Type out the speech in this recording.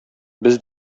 без